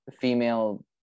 female